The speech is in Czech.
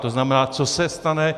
To znamená, co se stane?